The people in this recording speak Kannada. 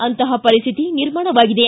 ಅಂತಹ ಪರಿಸ್ಥಿತಿ ನಿರ್ಮಾಣವಾಗಿದೆ